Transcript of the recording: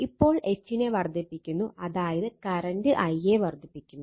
ഇപ്പോൾ H നെ വർദ്ധിപ്പിക്കുന്നു അതായത് കറന്റ് I യെ വർദ്ധിപ്പിക്കുന്നു